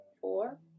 four